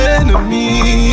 enemy